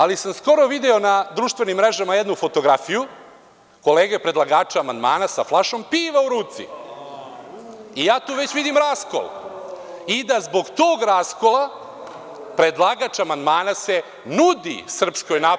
Ali, sam skoro video na društvenim mrežama jednu fotografiju, kolege predlagača amandmana sa flašom piva u ruci i ja tu već vidim raskol i da zbog toga raskola predlagač amandmana se nudi SNS.